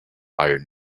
iron